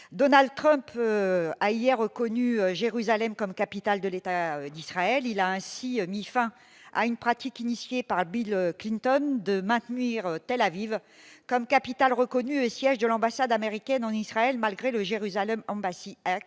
Donal Trump a il y a reconnu Jérusalem comme capitale de l'État d'Israël, il a ainsi mis fin à une pratique initiée par Bill Clinton de maintenir Tel-Aviv comme capitale reconnu et siège de l'ambassade américaine en Israël malgré le Jérusalem Embassy de